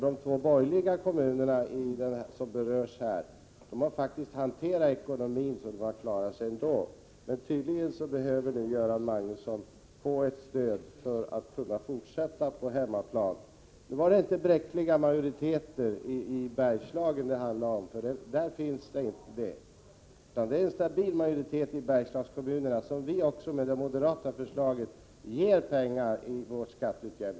De två borgerligt styrda kommuner som berörs har faktiskt hanterat ekonomin så att de klarat sig, men tydligen behöver Göran Magnusson få stöd för att kunna fortsätta på hemmaplan. I Bergslagen handlade det inte om bräckliga majoriteter, för där finns det en stabil majoritet i kommunerna, som vi också genom det moderata förslaget vill ge pengar till skatteutjämning.